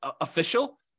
official